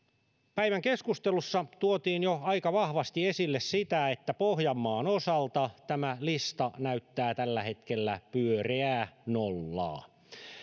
päivän keskustelussa tuotiin jo aika vahvasti esille sitä että pohjanmaan osalta tämä lista näyttää tällä hetkellä pyöreää nollaa